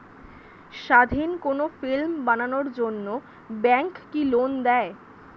স্বাধীন কোনো ফিল্ম বানানোর জন্য ব্যাঙ্ক কি লোন দেয়?